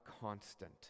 constant